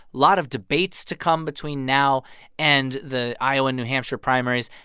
lot of debates to come between now and the iowa, new hampshire primaries,